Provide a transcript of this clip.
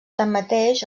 tanmateix